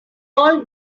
all